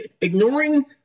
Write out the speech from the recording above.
ignoring